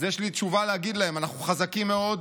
אז יש לי תשובה להגיד להם: אנחנו חזקים מאוד,